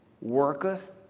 Worketh